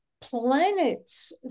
planets